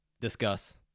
discuss